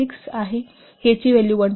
6 आहे k ची value 1